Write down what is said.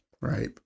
Right